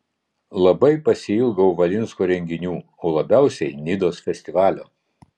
labai pasiilgau valinsko renginių o labiausiai nidos festivalio